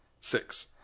Six